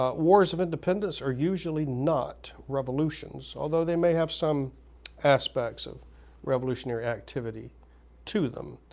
ah wars of independence are usually not revolutions, although they may have some aspects of revolutionary activity to them.